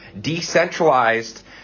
decentralized